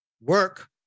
work